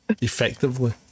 effectively